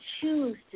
choose